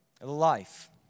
life